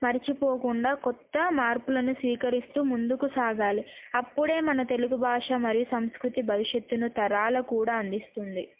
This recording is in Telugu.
మర్చిపోకుండా కొత్త మార్పులను స్వీకరిస్తూ ముందుకు సాగాలి అప్పుడే మన తెలుగు భాష మరియు సంస్కృతి భవిష్యత్తును తరాలకు కూడా అందిస్తుంది